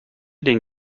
den